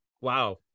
wow